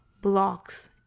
blocks